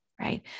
Right